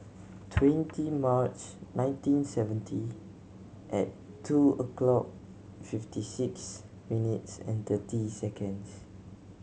twenty March nineteen seventy at two o'clock fifty six minutes and thirty seconds